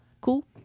Cool